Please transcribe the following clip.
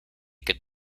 could